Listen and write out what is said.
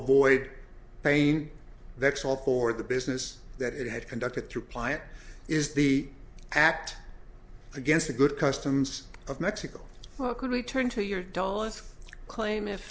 avoid pain that's all for the business that it had conducted through pliant is the act against the good customs of mexico well could return to your